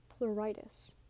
pleuritis